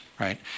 Right